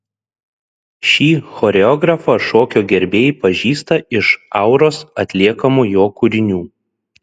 šį choreografą šokio gerbėjai pažįsta iš auros atliekamų jo kūrinių